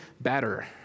better